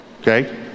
okay